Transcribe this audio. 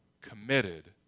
committed